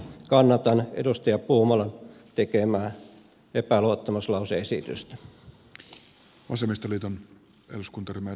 kannatan edustaja puumalan tekemää epäluottamuslause esitystä